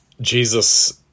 Jesus